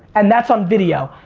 and that's on video.